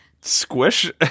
Squish